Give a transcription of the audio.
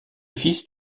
fils